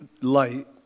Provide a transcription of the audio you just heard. light